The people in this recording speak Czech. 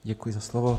Děkuji za slovo.